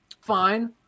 Fine